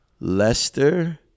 Leicester